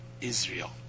Israel